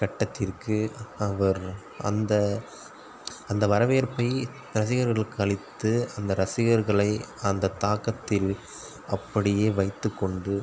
கட்டத்திற்கு அவர் அந்த அந்த வரவேற்பை ரசிகர்களுக்கு அளித்து அந்த ரசிகர்களை அந்த தாக்கத்தில் அப்படியே வைத்து கொண்டு